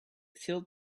filled